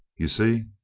you see?